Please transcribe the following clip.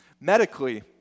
Medically